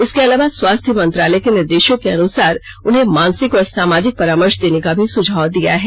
इसके अलावा स्वास्थ्य मंत्रालय के निर्देशों के अनुसार उन्हें मानसिक और सामाजिक परामर्श देने का भी सुझाव दिया है